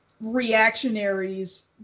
reactionaries